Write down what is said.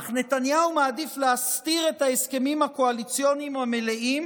אך נתניהו מעדיף להסתיר את ההסכמים הקואליציוניים המלאים